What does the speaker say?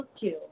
two